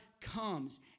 comes